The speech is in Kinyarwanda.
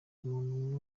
umuntu